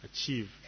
achieve